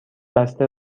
بسته